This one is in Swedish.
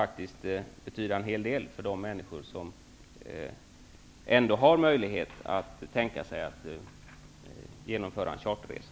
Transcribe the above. Detta kan dock betyda en hel del för de människor som ändock har möjlighet att tänka sig att genomföra en charterresa.